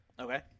Okay